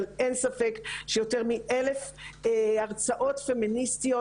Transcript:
אבל אין ספק שיותר מאלף הרצאות פמיניסטיות,